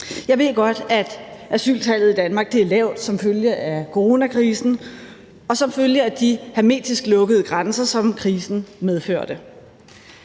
Jeg ved godt, at asyltallet i Danmark er lavt som følge af coronakrisen og som følge af de hermetisk lukkede grænser, som krisen medførte.